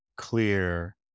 clear